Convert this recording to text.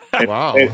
Wow